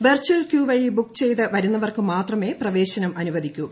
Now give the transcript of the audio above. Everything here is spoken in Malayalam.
വെർചൽ ക്യൂ വഴി ബുക്ക് ചെയ്തു വരുന്നവർക്കു മാത്രമേ പ്രവേശനം അനുവദിക്കൂ